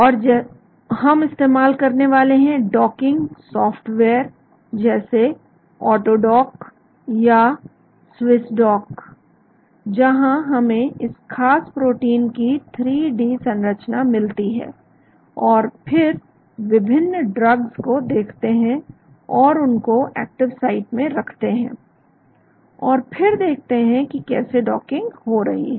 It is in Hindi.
और हम इस्तेमाल करने वाले हैं डॉकिंग सॉफ्टवेयर जैसे ऑटोडॉक या स्विसडॉक जहां हमें इस खास प्रोटीन की 3D संरचना मिलती है और फिर विभिन्न ड्रग्स को देखते हैं और उनको एक्टिव साइट में रखते हैं और फिर देखते हैं कि कैसे डॉकिंग हो रही है